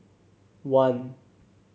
one